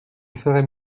ferait